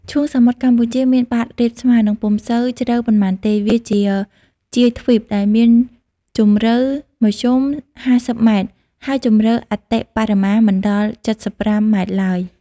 ឈូងសមុទ្រកម្ពុជាមានបាតរាបស្មើ និងពុំសូវជ្រៅប៉ុន្មានទេ វាជាជាយទ្វីបដែលមានជំរៅមធ្យម ៥០ ម៉ែត្រ ហើយជំរៅអតិបរមាមិនដល់ ៧៥ ម៉ែត្រឡើយ។